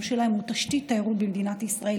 שלהם הם תשתית התיירות במדינת ישראל,